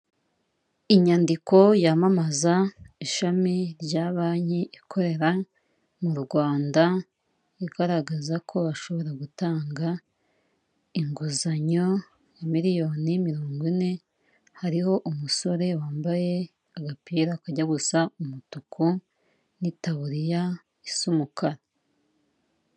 inyandiko yamamaza ishami rya banki ikorera mu rwanda igaragaza ko bashobora gutanga inguzanyo nka miliyoni mirongo ine hariho umusore wambaye agapira kajya gusa umutuku n'itaburiya isa umukara.